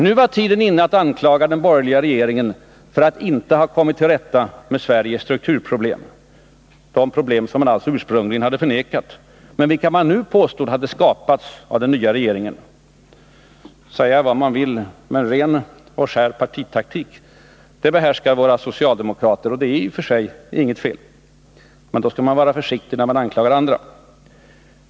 Nu var tiden inne att anklaga den borgerliga regeringen för att inte ha kommit till rätta med Sveriges strukturproblem, de problem som man alltså ursprungligen hade förnekat, men vilka man nu påstod hade skapats av den nya regeringen. Säga vad man vill, men ren och skär partitaktik behärskar våra socialdemokrater. Och det är i och för sig kanske inget fel. Men då skall man vara försiktig när man anklagar andra.